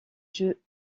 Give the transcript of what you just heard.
jeux